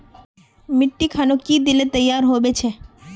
मिट्टी खानोक की दिले तैयार होबे छै?